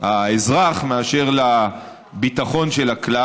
האזרח מאשר לביטחון של הכלל.